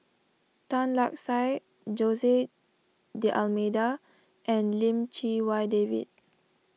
Tan Lark Sye Jose D'Almeida and Lim Chee Wai David